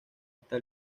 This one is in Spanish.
esta